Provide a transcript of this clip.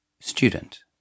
Student